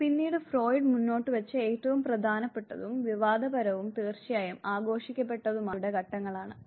പിന്നീട് ഫ്രോയ്ഡ് മുന്നോട്ടുവച്ച ഏറ്റവും പ്രധാനപ്പെട്ടതും വിവാദപരവും തീർച്ചയായും ആഘോഷിക്കപ്പെട്ടതുമായ ആശയം മാനസിക ലൈംഗിക വളർച്ചയുടെ ഘട്ടങ്ങൾ ആണ്